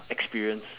experience